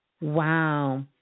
Wow